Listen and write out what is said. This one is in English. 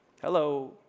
Hello